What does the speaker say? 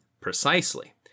Precisely